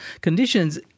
conditions